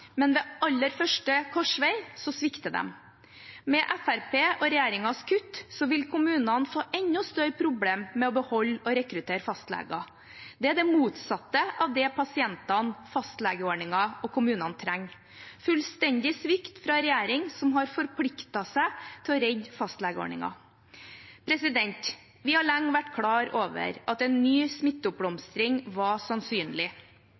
men ved aller første korsvei svikter de. Med Fremskrittspartiet og regjeringens kutt vil kommunene få enda større problemer med å beholde og rekruttere fastleger. Det er det motsatte av det pasientene, fastlegeordningen og kommunene trenger – en fullstendig svikt fra en regjering som har forpliktet seg til å redde fastlegeordningen. Vi har lenge vært klar over at en ny smitteoppblomstring var sannsynlig,